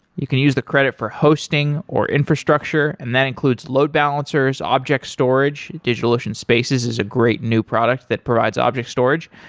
you can use the credit for hosting, or infrastructure, and that includes load balancers, object storage. digitalocean spaces is a great new product that provides object storage,